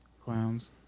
Clowns